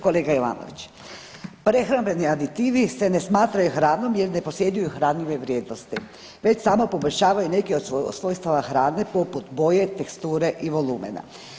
Kolega Ivanović, prehrambeni aditivi se ne smatraju hranom jer ne posjeduju hranjive vrijednosti već samo poboljšavaju neke od svojstava hrane poput boje, teksture i volumena.